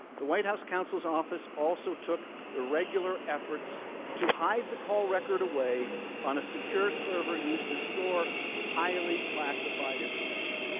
the white house counsel's office also took irregular efforts to hide the call record away on a secure server used to store highly classified information.